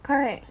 correct